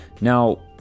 now